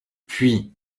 puis